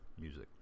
music